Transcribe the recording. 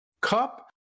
cup